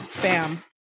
bam